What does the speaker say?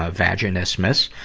ah vaginismus.